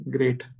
Great